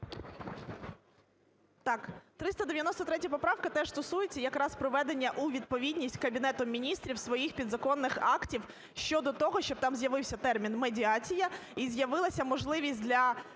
А.І. 393 поправка теж стосується якраз приведення у відповідність Кабінетом Міністрів своїх підзаконних актів щодо того, щоб там з'явився термін "медіація" і з'явилася можливість для